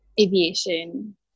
aviation